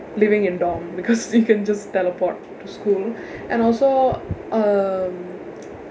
living in dorm because you can just teleport to school and also um